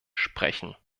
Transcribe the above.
sprechen